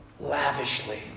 lavishly